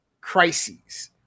crises